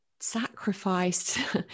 sacrificed